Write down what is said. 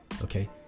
Okay